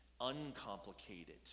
uncomplicated